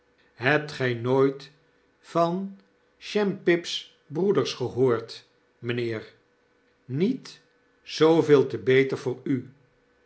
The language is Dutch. hebt gy nooit van shampipsbroeders gehoord mijnheer niet zooveel te beter voor u